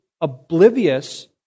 oblivious